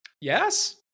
Yes